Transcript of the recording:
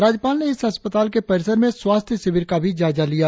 राज्यपाल ने इस अस्पताल के परिसर में स्वास्थ्य शिविर का भी जायजा लिया